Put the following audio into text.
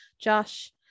Josh